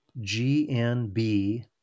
GNB